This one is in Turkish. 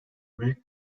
büyük